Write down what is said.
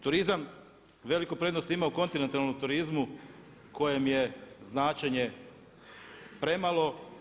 Turizam veliku prednost ima u kontinentalnom turizmu kojem je značenje premalo.